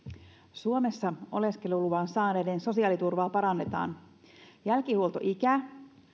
suomessa oleskeluluvan saaneiden sosiaaliturvaa parannetaan jälkihuoltoikä